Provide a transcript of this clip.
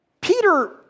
Peter